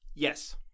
Yes